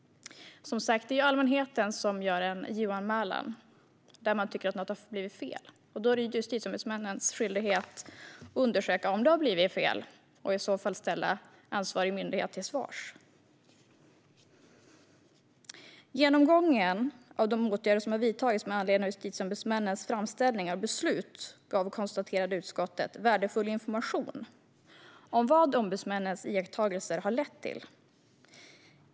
Det är allmänheten som gör en JO-anmälan när man tycker att något har blivit fel. Då är det justitieombudsmännens skyldighet att undersöka om det har blivit fel och i så fall ställa ansvarig myndighet till svars. Utskottet konstaterar att genomgången av de åtgärder som vidtagits med anledning av justitieombudsmännens framställningar och beslut har gett värdefull information om vad ombudsmännens iakttagelser har lett till.